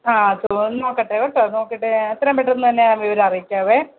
ആ ഒന്ന് നോക്കട്ടെ കേട്ടോ നോക്കിയിട്ട് ഞാൻ എത്രയും പെട്ടെന്ന് തന്നെ ഞാൻ വിവരം അറിയിക്കാമേ